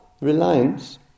reliance